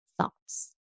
thoughts